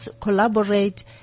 collaborate